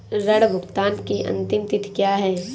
ऋण भुगतान की अंतिम तिथि क्या है?